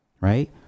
right